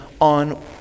on